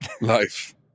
life